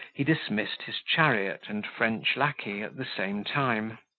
he dismissed his chariot and french lacquey at the same time.